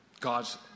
God's